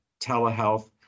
telehealth